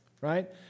right